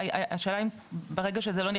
הם אנשים מאוד מאוד